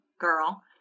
girl